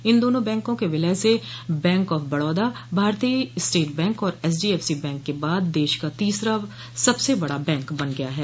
इन दोनों बैंकों के विलय से bank of Baroda Bharatiya state bank और एचडीएफसी बैंक के बाद देश का तीसरा सबसे बड़ा बैंक बन गया है